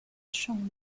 chambre